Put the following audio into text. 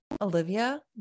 Olivia